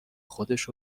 خودش